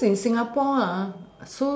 because in singapore